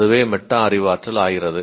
அதுவே மெட்டா அறிவாற்றல் ஆகிறது